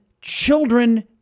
children